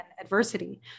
adversity